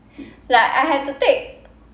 like I had to take